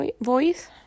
voice